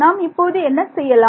நாம் இப்போது என்ன செய்யலாம்